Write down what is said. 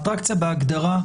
אטרקציה בהגדרה,